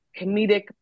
comedic